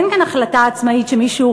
אין כאן החלטה עצמאית שמישהו,